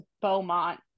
Beaumont